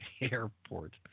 Airport